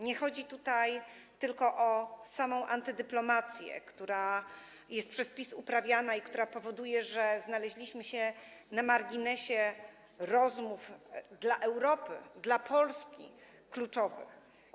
Nie chodzi tutaj tylko o samą antydyplomację, która jest przez PiS uprawiana i która powoduje, że znaleźliśmy się na marginesie rozmów dla Europy, dla Polski kluczowych.